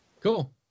cool